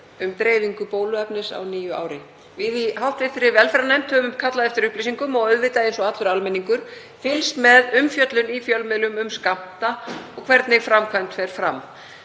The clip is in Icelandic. um dreifingu bóluefnis á nýju ári. Við í hv. velferðarnefnd höfum kallað eftir upplýsingum og auðvitað, eins og allur almenningur, fylgst með umfjöllun í fjölmiðlum um skammta og hvernig framkvæmdin er.